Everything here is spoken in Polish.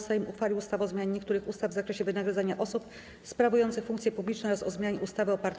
Sejm uchwalił ustawę o zmianie niektórych ustaw w zakresie wynagradzania osób sprawujących funkcje publiczne oraz o zmianie ustawy o partiach politycznych.